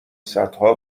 صدها